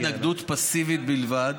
הייתה התנגדות פסיבית בלבד.